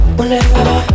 Whenever